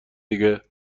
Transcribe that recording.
دیگه